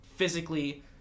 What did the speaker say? Physically